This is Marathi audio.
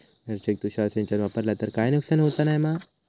मिरचेक तुषार सिंचन वापरला तर काय नुकसान होऊचा नाय मा?